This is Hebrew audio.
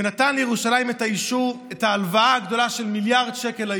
ונתן לירושלים את ההלוואה הגדולה, של מיליארד שקל.